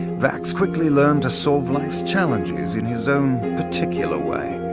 vax quickly learned to solve life's challenges in his own particular way,